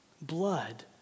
Blood